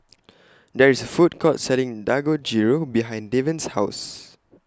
There IS A Food Court Selling Dangojiru behind Devan's House